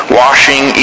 washing